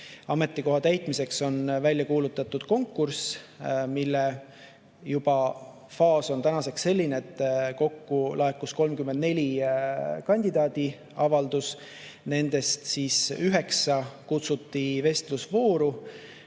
Ametikoha täitmiseks on välja kuulutatud konkurss, mille faas on tänaseks juba selline, et kokku laekus 34 kandidaadi avaldus. Nendest 9 kutsuti vestlusvooru,